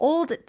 Old